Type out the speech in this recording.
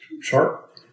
sharp